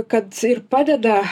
kad ir padeda